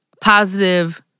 positive